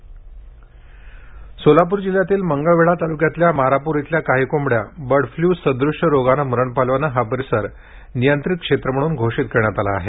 Solapur bird flu Solapur जिल्ह्यातील मंगळवेढा ताल्क्यातील मारापूर येथील काही कोंबड्या बर्ड फ्लू सदृश्य रोगाने मरण पावल्याने हा परिसर नियंत्रित क्षेत्र म्हणून घोषित करण्यात आला आहे